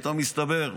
פתאום מסתבר.